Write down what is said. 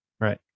right